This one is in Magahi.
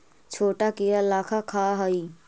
छोटा कीड़ा लारवा खाऽ हइ